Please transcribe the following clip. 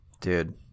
Dude